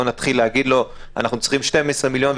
נתחיל להגיד לו שאנחנו צריכים 12 מיליון,